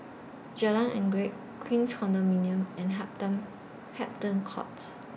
Jalan Anggerek Queens Condominium and Hampton Courts